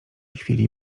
chwili